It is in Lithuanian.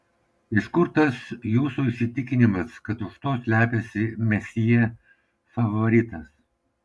iš kur tas jūsų įsitikinimas kad už to slepiasi mesjė favoritas